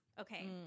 Okay